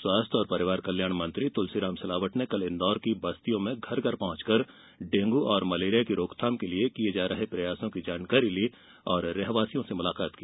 लोक स्वास्थ्य एवं परिवार कल्याण मंत्री तुलसीराम सिलावट ने कल इंदौर की बस्तियों में घर घर पहुँचकर डेंग् और मलेरिया की रोकथाम के लिये किये जा रहे प्रयासों की जानकारी ली और रहवासियों से मुलाकात की